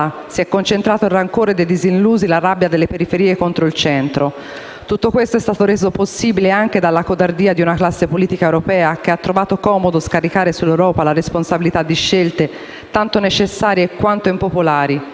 si è concentrato il rancore dei disillusi, la rabbia della periferia contro il centro. Tutto questo è stato reso possibile anche dalla codardia di una classe politica europea che ha trovato comodo scaricare sull'Europa le responsabilità di scelte, tanto necessarie quanto impopolari.